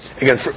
Again